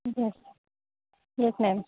یس یس